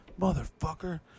motherfucker